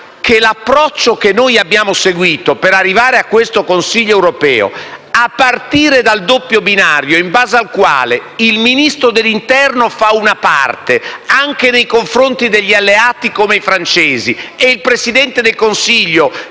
temo l'approccio che noi abbiamo seguito per arrivare a questo Consiglio europeo, a partire dal doppio binario in base al quale il Ministro dell'interno fa una parte, anche nei confronti di alleati come i francesi, e il Presidente del Consiglio